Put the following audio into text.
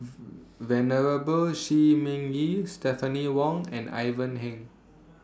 Venerable Shi Ming Yi Stephanie Wong and Ivan Heng